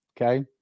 Okay